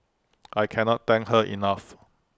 I can not thank her enough